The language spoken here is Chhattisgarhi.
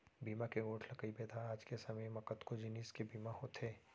बीमा के गोठ ल कइबे त आज के समे म कतको जिनिस के बीमा होथे